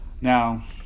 Now